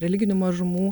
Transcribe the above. religinių mažumų